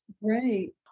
Right